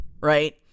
right